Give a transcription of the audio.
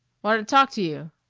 wanted talk to you.